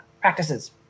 practices